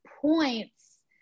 points